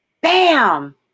bam